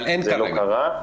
לא קרה.